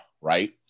right